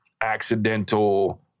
accidental